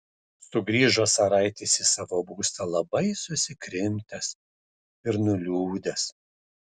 sugrįžo caraitis į savo būstą labai susikrimtęs ir nuliūdęs